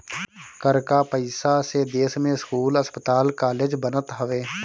कर कअ पईसा से देस में स्कूल, अस्पताल कालेज बनत हवे